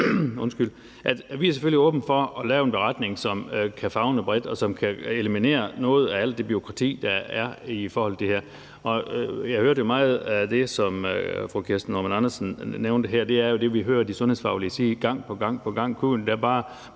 at vi selvfølgelig er åbne for at lave en beretning, som kan favne bredt, og som kan eliminere noget af alt det bureaukrati, der er i forhold til det her. Og jeg hørte jo, at meget af det, som fru Kirsten Normann Andersen nævnte her, er det, vi hører de sundhedsfaglige sige gang på gang. Kunne man da bare